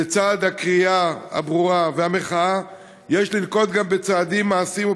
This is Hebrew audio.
לצד הקריאה הברורה והמחאה יש לנקוט גם צעדים מעשיים,